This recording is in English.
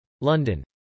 London